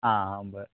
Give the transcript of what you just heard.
आं बरें